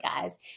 guys